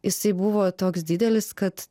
jisai buvo toks didelis kad